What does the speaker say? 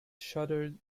shuddered